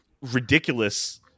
ridiculous